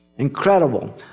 Incredible